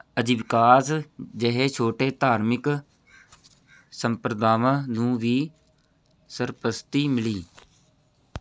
ਅਜੀ ਵਿਕਾਸ ਜਿਹੇ ਛੋਟੇ ਧਾਰਮਿਕ ਸੰਪਰਦਾਵਾਂ ਨੂੰ ਵੀ ਸਰਪ੍ਰਸਤੀ ਮਿਲੀ